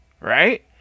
right